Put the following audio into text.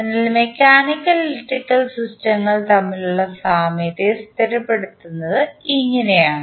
അതിനാൽ mechanical electrical സിസ്റ്റങ്ങൾ തമ്മിലുള്ള സാമ്യതയെ സ്ഥിരപ്പെടുത്തുന്നത് ഇങ്ങനെയാണ്